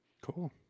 Cool